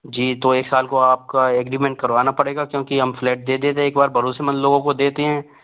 जी तो एक साल को आपका एग्रीमेंट करवाना पड़ेगा क्योंकि हम फ्लैट दे देते हैं एक बार भरोसेमंद लोगों को देते हैं